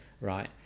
Right